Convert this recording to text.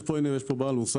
יש פה כמה בעלי מוסכים